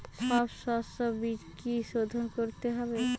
সব শষ্যবীজ কি সোধন করতে হবে?